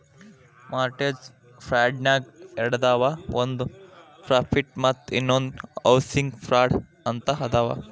mortgage ಫ್ರಾಡ್ನ್ಯಾಗ ಎರಡದಾವ ಒಂದ್ ಪ್ರಾಫಿಟ್ ಮತ್ತ ಇನ್ನೊಂದ್ ಹೌಸಿಂಗ್ ಫ್ರಾಡ್ ಅಂತ ಅದಾವ